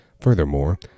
Furthermore